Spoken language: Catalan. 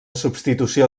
substitució